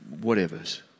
whatever's